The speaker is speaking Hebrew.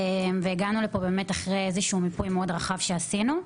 והגענו לפה אחרי איזשהו מיפוי מאוד רחב שעשינו.